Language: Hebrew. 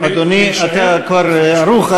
אדוני, אתה כבר ערוך.